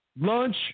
lunch